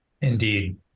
Indeed